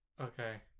Okay